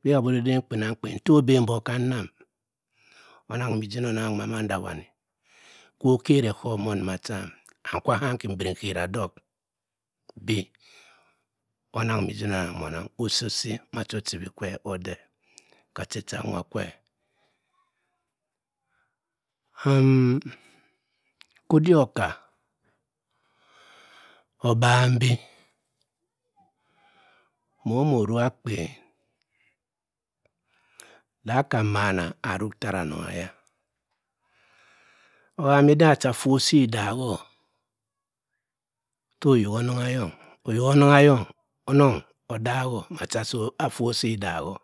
Mbi kam bi ode edem kpenamkpen tte obem mbok ka onang mm'ojinong nong a manda wani kwo okeri ekhormott nduma cham and kwa kaam ki mbi nkera dok bi onang mm ijinonnong a onang kwo osi osi macha ochibi kwe ode ka che chaa' nwa kwe, ham- kaa odik oka oban bi mo mor oruk akpen da aka amana aruk ttara anong eya, oham iden da phott so idahor to oyok onong ayong oyok onong ayong odaha macha phott so idahor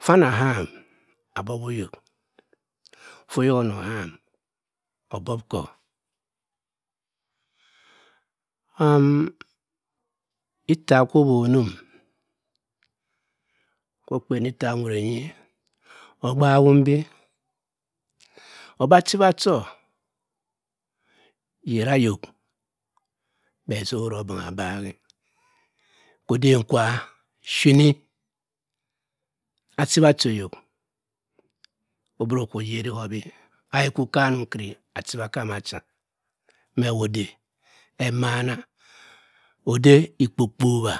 ffa ana aham abowii ayok ffa oyok onor oham obob kor am itta kwa owon-num kwa okpen itta owu renye ogbaak mm bi obi achibi achu yeri ayok bhe azoro bong agbaak-e kor kor odem kwa phim achibi achi oyo obiri okwu oyeri kor bi ayi kwu kamum kiri achibi okam achad me wo ode emana ode ikpokpobwa.